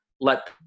let